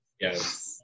yes